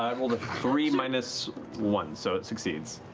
three minus one, so it succeeds.